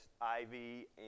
Ivy